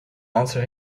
answer